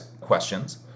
questions